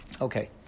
Okay